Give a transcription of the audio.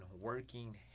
working